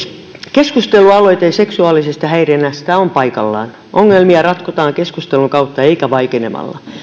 keskustelualoite seksuaalisesta häirinnästä on paikallaan ongelmia ratkotaan keskustelun kautta eikä vaikenemalla